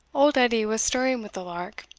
old edie was stirring with the lark,